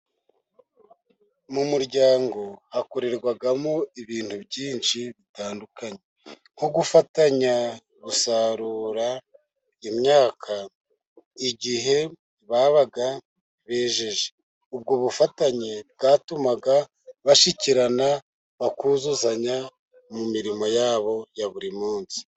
Mu muryango hakorerwagamo ibintu byinshi bitandukanye; nko gufatanya, gusarura imyaka igihe babaga bejeje. Ubwo bufatanye bwatumaga bashyikirana bakuzuzanya mu mirimo yabo ya buri munsi,